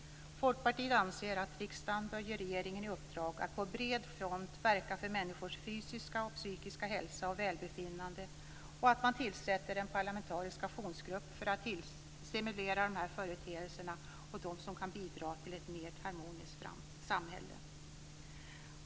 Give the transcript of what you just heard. Folkpartiet anser att riksdagen bör ge regeringen i uppdrag att på bred front verka för människors fysiska och psykiska hälsa och välbefinnande samt att man tillsätter en parlamentarisk aktionsgrupp för att stimulera de företeelser som kan bidra till ett mer harmoniskt samhälle.